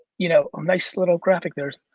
you know a nice little graphic there.